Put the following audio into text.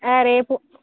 రేపు